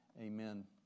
amen